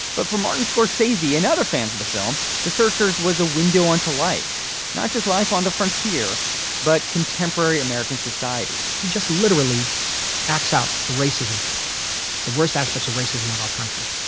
but for martin scorsese he and other fans of the film the searchers was a window onto life not just life on the frontier but contemporary american society he just literally acts out the racism the worst aspects of racism of our country.